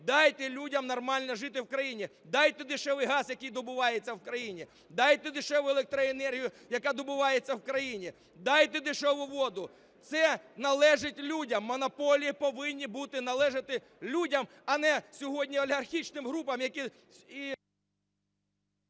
дайте людям нормально жити в країні. Дайте дешевий газ, який добувається в країні! Дайте дешеву електроенергію, яка добувається в країні! Дайте дешеву воду! Це належить людям. Монополії повинні бути належати людям, а не сьогодні олігархічним групам, які...